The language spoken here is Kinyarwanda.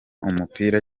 umupira